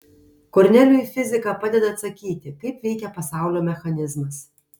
kornelijui fizika padeda atsakyti kaip veikia pasaulio mechanizmas